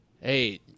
Hey